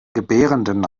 gebärenden